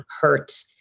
hurt